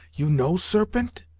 you know serpent?